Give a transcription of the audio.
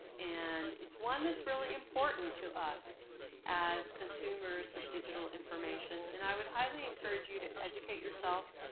and it's one that's really important to us as consumers of digital information. and i would highly encourage you to educate yourself,